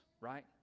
right